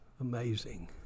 amazing